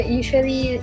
usually